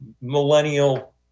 millennial